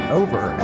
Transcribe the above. over